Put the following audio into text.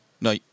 No